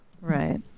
Right